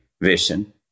vision